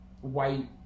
white